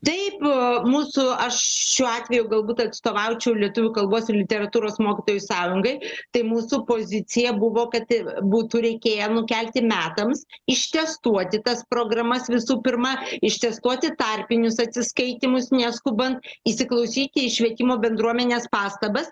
taip mūsų aš šiuo atveju galbūt atstovaučiau lietuvių kalbos literatūros mokytojų sąjungai tai mūsų pozicija buvo kad būtų reikėję nukelti metams ištestuoti tas programas visų pirma ištestuoti tarpinius atsiskaitymus neskubant įsiklausyti į švietimo bendruomenės pastabas